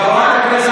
חברת הכנסת